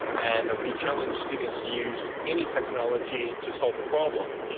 and we challenge students to use any technology to solve a problem,